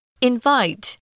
Invite